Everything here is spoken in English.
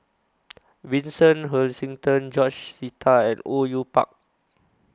Vincent Hoisington George Sita and Au Yue Pak